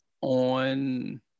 on